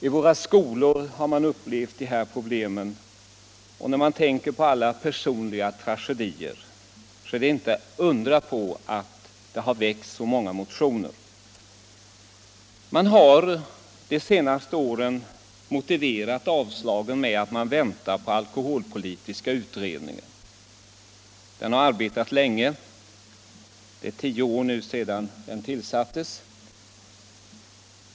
I våra skolor har man upplevt det här problemet, och med tanke på alla personliga tragedier är det inte att undra på att det har väckts så många motioner. Man har de senaste åren motiverat avslagen på motionerna med att man väntar på alkoholpolitiska utredningen. Den har arbetat länge — det är tio år sedan den tillsattes.